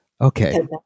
Okay